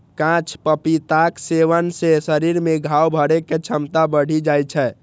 कांच पपीताक सेवन सं शरीर मे घाव भरै के क्षमता बढ़ि जाइ छै